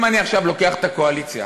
אם אני עכשיו לוקח את הקואליציה